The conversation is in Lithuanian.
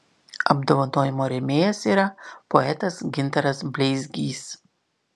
apdovanojimo rėmėjas yra poetas gintaras bleizgys